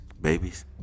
babies